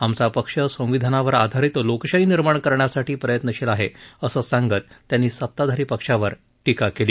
आमचा पक्ष संविधानावर आधारित लोकशाही निर्माण करण्यासाठी प्रयत्नशील आहे असं सांगत त्यांनी सत्ताधारी पक्षावर टीका केली